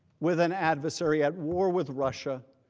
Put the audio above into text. with an adversary at war with russia.